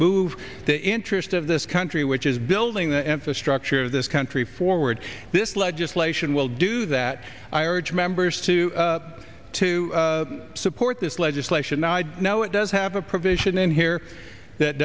move the interest of this country which is building the infrastructure of this country forward this legislation will do that i urge members to to support this legislation now i know it does have a provision in here that